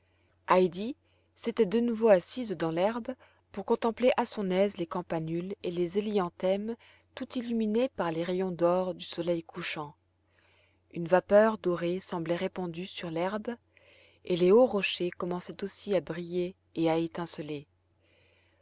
s'était de nouveau assise dans l'herbe pour contempler à son aise les campanules et les hélianthèmes tout illuminées par les rayons d'or du soleil couchant une vapeur dorée semblait répandue sur l'herbe et les hauts rochers commençaient aussi à briller et à étinceler